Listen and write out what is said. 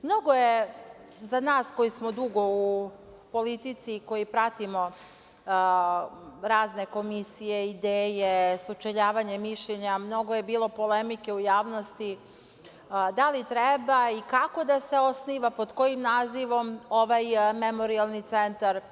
Mnogo je, za nas koji smo dugo u politici i koji pratimo razne komisije, ideje, sučeljavanja mišljenja, mnogo je bilo polemike u javnosti, da li treba i kako da se osniva, pod kojim nazivom ovaj Memorijalni centar.